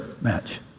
match